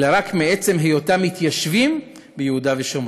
אלא רק מעצם היותם מתיישבים ביהודה ושומרון,